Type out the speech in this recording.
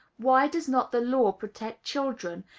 why does not the law protect children,